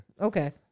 Okay